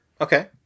Okay